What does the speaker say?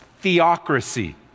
theocracy